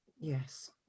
yes